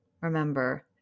remember